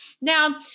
Now